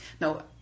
no